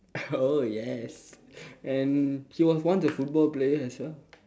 oh yes and he was once a football player as well